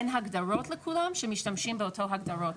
אין הגדרות לכולם שמשתמשים עם אותם הגדרות.